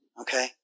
Okay